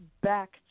back